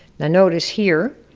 notice here,